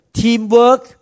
teamwork